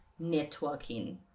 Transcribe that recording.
networking